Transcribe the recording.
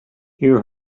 you